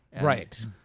Right